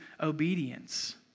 obedience